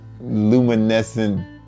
luminescent